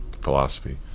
philosophy